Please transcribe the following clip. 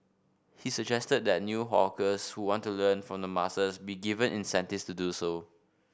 he suggested that new hawkers who want to learn from the masters be given incentives to do so